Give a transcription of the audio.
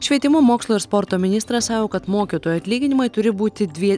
švietimo mokslo ir sporto ministras sako kad mokytojų atlyginimai turi būti dvi